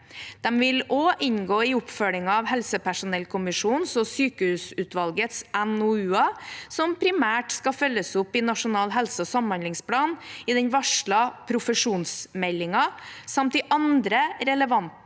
De vil også inngå i oppfølgingen av helsepersonellkommisjonens og sykehusutvalgets NOU-er, som primært skal følges opp i Nasjonal helse- og samhandlingsplan, i den varslede profesjonsmeldingen samt i de andre relevante